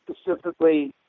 specifically